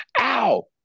ow